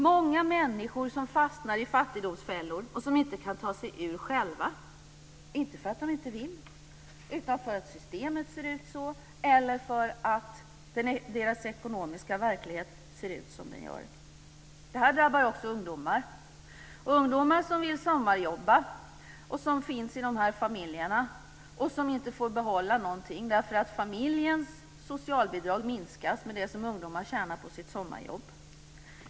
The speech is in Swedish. Många människor fastnar i fattigdomsfällor som de inte kan ta sig ur själva, inte för att de inte vill utan för att systemet ser ut som det gör eller för att deras ekonomiska verklighet ser ut som den gör. Det drabbar också ungdomar - ungdomar som vill sommarjobba, som finns i de här familjerna och som inte får behålla någonting därför att familjens socialbidrag minskas med det som ungdomarna tjänar på sitt sommarjobb.